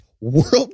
world